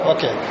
Okay